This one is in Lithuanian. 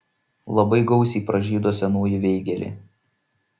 labai gausiai pražydo senoji veigelė